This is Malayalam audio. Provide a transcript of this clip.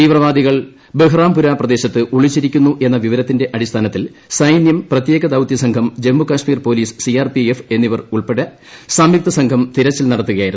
തീവ്രവാദികൾ ബഹ്റാംപുര പ്രദേശത്ത് ഒളിച്ചിരിക്കുന്നു എന്ന വിവരത്തിന്റെ അടിസ്ഥാനത്തിൽ സൈന്യം പ്രത്യേക ദൌത്യ സംഘം Jammu Kashmir police C R P F എന്നിവർ ഉൾപ്പെട്ട സംയുക്ത്യസ്ട്രീക്ഷം തിരച്ചിൽ നടത്തുകയായിരുന്നു